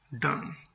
done